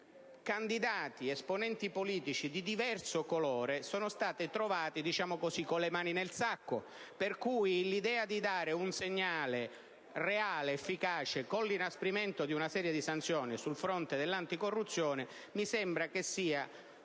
candidati ed esponenti politici di diverso colore sono stati trovati con le mani nel sacco. Pertanto, l'idea di dare un segnale reale ed efficace inasprendo una serie di sanzioni sul fronte dell'anticorruzione sarebbe una